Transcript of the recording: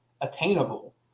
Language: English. attainable